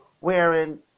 wearing